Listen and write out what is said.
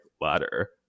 ladder